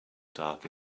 dark